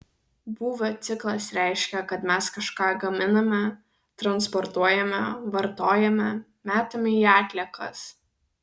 būvio ciklas reiškia kad mes kažką gaminame transportuojame vartojame metame į atliekas